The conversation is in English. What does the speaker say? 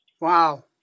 Wow